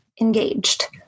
engaged